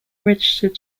registered